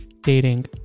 dating